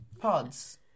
Pods